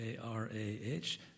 A-R-A-H